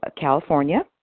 California